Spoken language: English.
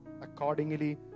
accordingly